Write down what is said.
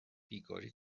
بیگاری